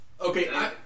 Okay